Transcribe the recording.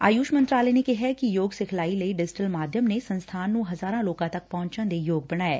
ਆਯੁਸ਼ ਮੰਤਰਾਲੇ ਨੇ ਕਿਹੈ ਕਿ ਯੋਗ ਸਿਖਲਾਈ ਲਈ ਡਿਜੀਟਲ ਮਾਧਿਅਮ ਨੇ ਸੰਸਬਾਨ ਨੂੰ ਹਜ਼ਾਰਾਂ ਲੋਕਾ ਦੇ ਪਹੁੰਚਣ ਯੋਗ ਬਣਾਇਐ